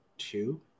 two